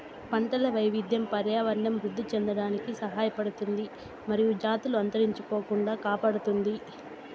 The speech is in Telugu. పంటల వైవిధ్యం పర్యావరణం వృద్ధి చెందడానికి సహాయపడుతుంది మరియు జాతులు అంతరించిపోకుండా కాపాడుతుంది